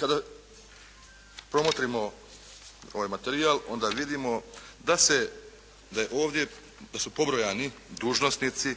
Kada promotrimo ovaj materijal da se, da su pobrojani dužnosnici